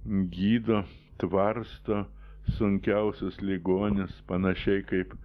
gydo tvarsto sunkiausius ligonius panašiai kaip